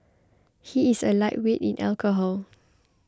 he is a lightweight in alcohol